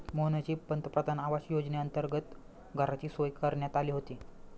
मोहनची पंतप्रधान आवास योजनेअंतर्गत घराची सोय करण्यात आली होती